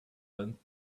went